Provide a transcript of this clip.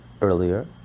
earlier